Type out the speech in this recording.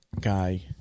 guy